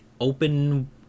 open